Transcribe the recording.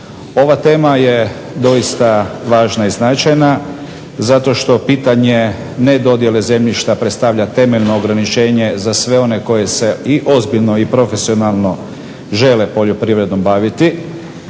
Ova tema je doista važna i značajna zato što pitanje ne dodjele zemljišta predstavlja temeljno ograničenje za sve one koji se i ozbiljno i profesionalno žele poljoprivredom baviti.